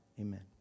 amen